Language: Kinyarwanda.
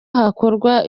hakorwa